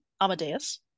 amadeus